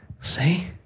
See